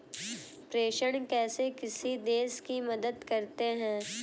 प्रेषण कैसे किसी देश की मदद करते हैं?